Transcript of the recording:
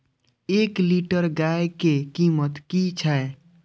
एक लीटर गाय के कीमत कि छै?